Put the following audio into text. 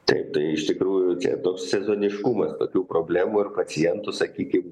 taip tai iš tikrųjų tie toks sezoniškumas tokių problemų ir pacientų sakykim